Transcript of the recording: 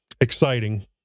exciting